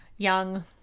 Young